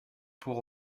pour